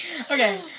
Okay